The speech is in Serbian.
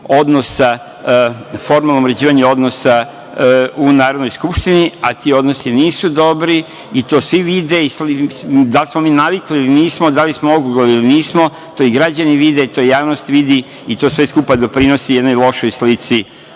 i nekom formalnog uređivanja odnosa u Narodnoj skupštini, a ti odnosi nisu dobri i to svi vide, da li smo mi navikli ili nismo, da li smo oguglali ili nismo, to i građani vide, to javnost vidi i to sve skupa doprinosi jednoj lošoj slici